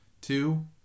Two